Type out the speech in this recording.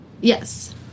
Yes